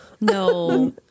No